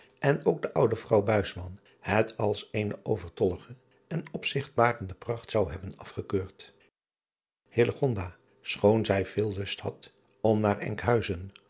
en ook de oude vrouw het als eene overtollige en opzigt barende pracht zou hebben afgekeurd schoon zij veel lust had om naar nkhuizen